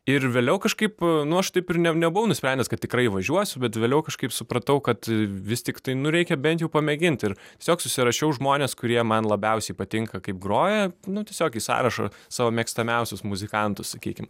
ir vėliau kažkaip nu aš taip ir ne nebuvau nusprendęs kad tikrai važiuosiu bet vėliau kažkaip supratau kad vis tiktai nu reikia bent jau pamėgint ir tiesiog susirašiau žmones kurie man labiausiai patinka kaip groja nu tiesiog į sąrašą savo mėgstamiausius muzikantus sakykim